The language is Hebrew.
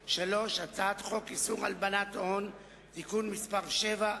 3. הצעת חוק איסור הלבנת הון (תיקון מס' 7),